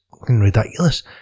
ridiculous